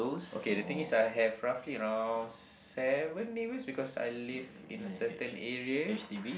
okay the thing is I have roughly around seven neighbors because I live in a certain area